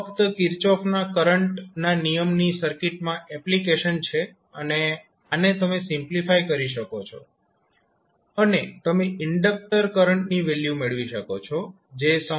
આ ફક્ત કિર્ચોફના કરંટના નિયમની સર્કિટમાં એપ્લિકેશન છે અને આને તમે સિમ્પ્લિફાય કરી શકો છો અને તમે ઇન્ડક્ટર કરંટની વેલ્યુ મેળવી શકો છો જે સમય t નું ફંક્શન છે